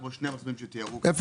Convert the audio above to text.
כמו שני המסלולים שתיארו פה,